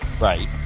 Right